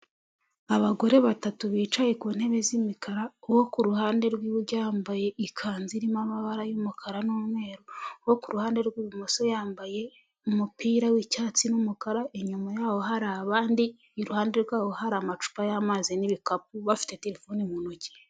Abagore batatu bicaye ku ntebe z'imikara, uwo ku ruhande rw'iburyo yambaye ikanzu irimo amabara y'umukara n'umweru, uwo ku ruhande rw'ibumoso yambaye umupira w'icyatsi n'umukara, inyuma yaho hari abandi, iruhande rwabo hari amacupa y'amazi n'ibikapu bafite telefoni mu ntoki.